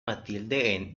matilde